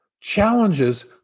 challenges